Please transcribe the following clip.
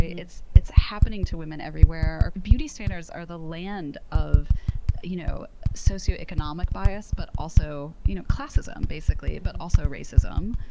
it's it's happening to women everywhere. beauty standards are the land of you know socioeconomic bias, but also you know classism, basically. but also racism,